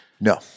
No